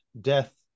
death